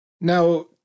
Now